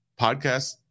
Podcast